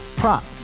Prop